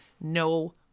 no